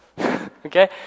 Okay